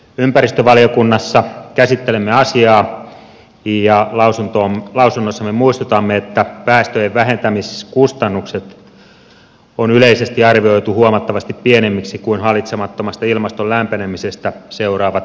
ympäristövaliokunnassa käsittelemme asiaa ja lausunnossamme muistutamme että päästöjen vähentämiskustannukset on yleisesti arvioitu huomattavasti pienemmiksi kuin hallitsemattomasta ilmaston lämpenemisestä seuraavat menetykset